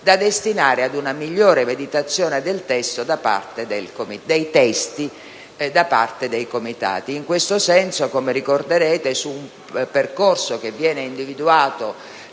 da destinare ad una migliore meditazione dei testi da parte del Comitato. In questo senso, come ricorderete, su un percorso che viene individuato